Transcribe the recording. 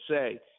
say